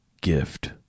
gift